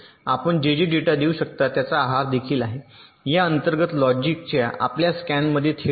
म्हणूनच आपण जे जे डेटा देऊ शकता त्याचा आहार देखील आहे या अंतर्गत लॉजिकच्या आपल्या स्कॅनमध्ये थेट जा